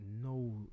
no